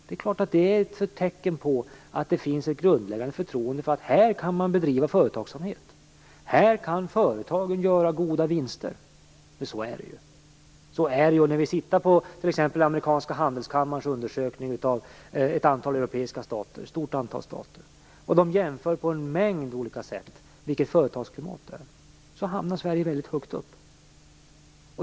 Det är självfallet tecken på att det finns ett grundläggande förtroende för att man här kan bedriva företagsamhet, att företagen här kan göra goda vinster. Så är det ju. När vi tittar på t.ex. amerikanska handelskammarens undersökning av ett stort antal europeiska stater, där man på en mängd olika sätt jämför företagsklimatet, ser vi att Sverige hamnar väldigt högt upp.